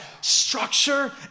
Structure